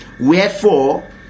wherefore